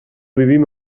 vivim